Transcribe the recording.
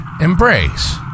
embrace